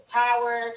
power